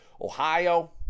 Ohio